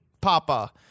Papa